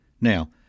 Now